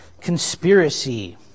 conspiracy